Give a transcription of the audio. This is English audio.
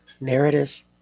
narrative